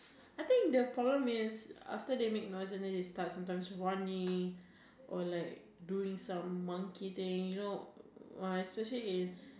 I think the problem is after they make noise and then they start sometimes running or like doing some monkey thing you know when I'm searching is